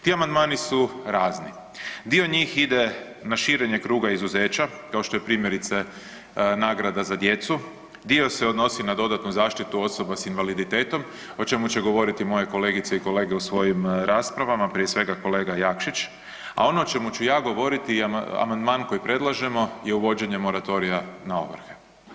Ti amandmani su razni, dio njih ide na širenje kruga izuzeća kao što je primjerice nagrada za djecu, dio se odnosi na dodatnu zaštitu osoba sa invaliditetom o čemu će govoriti moje kolegice i kolege u svojim raspravama, prije svega kolega Jakšić, a ono o čemu ću ja govoriti i amandman koji predlažemo je uvođenje moratorija na ovrhe.